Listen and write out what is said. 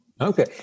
Okay